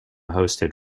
hosted